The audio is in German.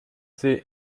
sie